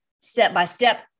step-by-step